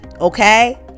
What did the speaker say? okay